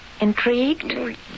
Intrigued